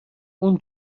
اون